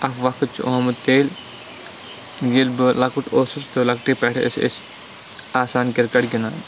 اَکھ وقت چھُ آمُت تیٚلہِ ییٚلہِ بہٕ لۄکُٹ اوسُس تہٕ لَکٹہِ پٮ۪ٹھ ٲسۍ أسۍ آسان کِرکَٹ گِنٛدان